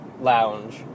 lounge